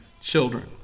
children